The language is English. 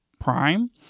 prime